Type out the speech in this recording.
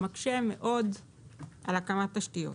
זה מאוד מקשה על הקמת תשתיות.